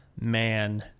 Man